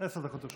עשר דקות לרשותך.